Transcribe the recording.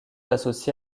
associé